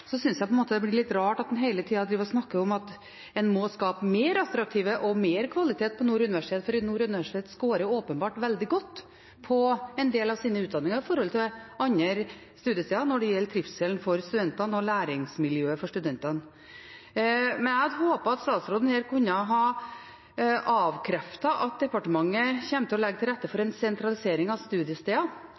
synes jeg det blir litt rart at en hele tida driver og snakker om at en må skape mer attraktive tilbud og mer kvalitet på Nord universitet. For Nord universitet scorer åpenbart veldig godt på en del av sine utdanninger i forhold til andre studiesteder når det gjelder trivsel og læringsmiljø for studentene. Jeg hadde håpet at statsråden her kunne ha avkreftet at departementet kommer til å legge til rette for en sentralisering av